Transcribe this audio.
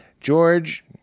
George